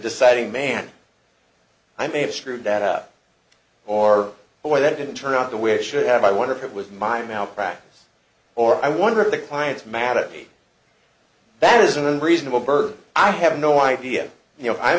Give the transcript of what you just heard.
deciding man i may have screwed that up or why that didn't turn out the way it should have i wonder if it was my malpractise or i wonder if the clients matter that is an unreasonable bird i have no idea you know i